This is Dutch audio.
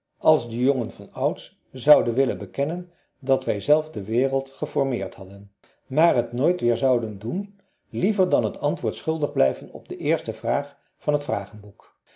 als de jongen van ouds zouden willen bekennen dat wij zelf de wereld geformeerd hadden maar t nooit weer zouden doen liever dan het antwoord schuldig blijven op de eerste vraag van het